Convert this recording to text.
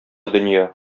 дөнья